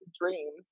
dreams